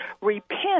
repent